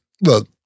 look